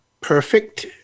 Perfect